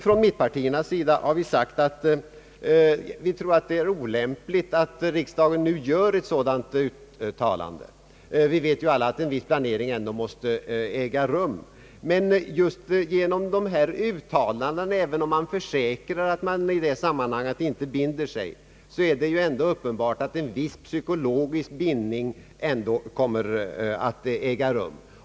Från mittenpartiernas sida har vi sagt att vi tror att det är olämpligt att riksdagen gör ett sådant uttalande. Vi vet ju alla att en viss planering ändå måste äga rum. Men just genom dessa uttalanden även om man försäkrar att man i det sammanhanget inte binder sig — är det uppenbart att en viss psykologisk bindning kommer att äga rum.